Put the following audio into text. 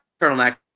turtleneck